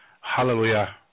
hallelujah